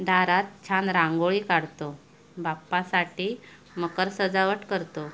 दारात छान रांगोळी काढतो बाप्पासाठी मखर सजावट करतो